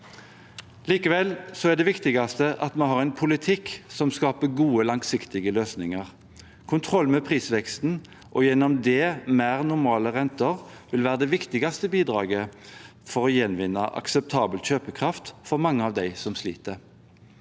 Likevel er det viktigste at vi har en politikk som skaper gode, langsiktige løsninger. Kontroll med prisveksten – og gjennom det mer normale renter – vil være det viktigste bidraget for å gjenvinne akseptabel kjøpekraft for mange av dem som sliter.